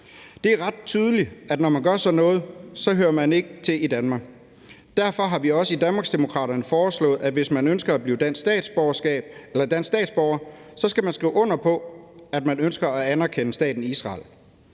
Det er ret tydeligt, at når man gør sådan noget, hører man ikke til i Danmark. Derfor har vi også i Danmarksdemokraterne foreslået, at hvis man ønsker at blive dansk statsborger, skal man skrive under på, at man ønsker at anerkende staten Israel.